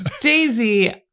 Daisy